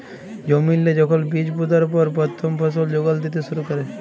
জমিল্লে যখল বীজ পুঁতার পর পথ্থম ফসল যোগাল দ্যিতে শুরু ক্যরে